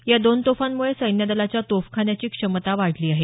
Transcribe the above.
या दोन तोफांमुळे सैन्यदलाच्या तोफखान्याची क्षमता वाढली आहे